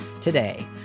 today